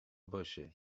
باشه